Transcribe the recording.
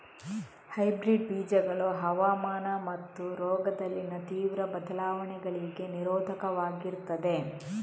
hybrid ಬೀಜಗಳು ಹವಾಮಾನ ಮತ್ತು ರೋಗದಲ್ಲಿನ ತೀವ್ರ ಬದಲಾವಣೆಗಳಿಗೆ ನಿರೋಧಕವಾಗಿರ್ತದೆ